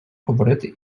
говорити